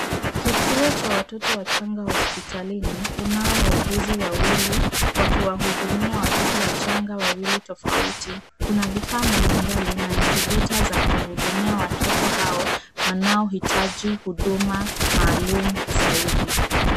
Kituo cha watoto wachanga hospitalini, kunao wauguzi wawili wakiwahudumia watoto wachanga wawili tofauti. Kuna vifaa mbali mbali na incubator za kuwahudumia watoto hao wanaohitaji huduma maalum zaidi.